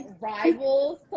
rivals